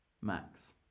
Max